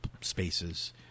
spaces